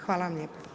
Hvala vam lijepa.